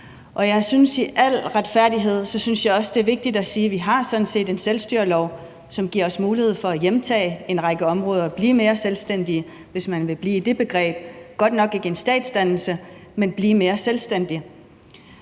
og jeg synes i al retfærdighed, at det er vigtigt at sige, at vi sådan set har en selvstyrelov, som giver os mulighed for at hjemtage en række områder og blive mere selvstændige, hvis man vil blive i det begreb – godt nok ikke en statsdannelse, men at blive mere selvstændige.